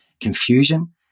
confusion